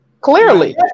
Clearly